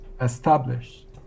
established